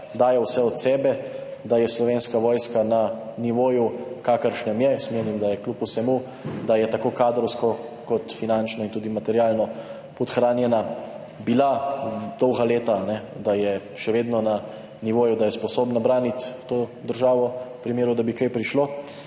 dajo vse od sebe, da je Slovenska vojska na nivoju, kakršnem je. Jaz menim, da je kljub vsemu, da je bila tako kadrovsko kot finančno in tudi materialno podhranjena dolga leta, da je še vedno na nivoju, da je sposobna braniti to državo v primeru, da bi do česa prišlo.